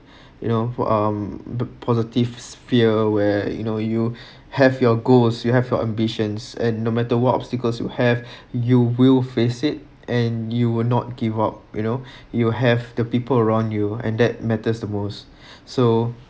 you know for um the positive sphere where you know you have your goals you have your ambitions and no matter what obstacles you have you will face it and you will not give up you know you have the people around you and that matters the most so